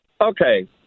Okay